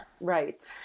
Right